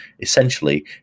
Essentially